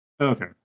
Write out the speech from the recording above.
Okay